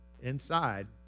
inside